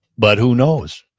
but who knows?